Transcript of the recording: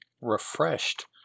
refreshed